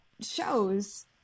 shows